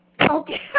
Okay